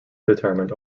determined